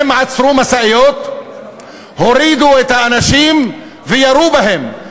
הם עצרו משאיות, הורידו את האנשים וירו בהם.